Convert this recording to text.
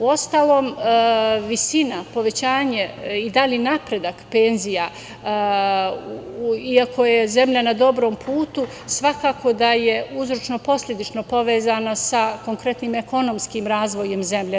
Uostalom, visina, povećanje i dalji napredak penzija, iako je zemlja na dobrom putu, svakako je uzročno-posledično povezana sa konkretnim ekonomskim razvojem zemlje.